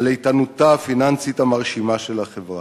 ועל איתנותה הפיננסית המרשימה של החברה.